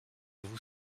vous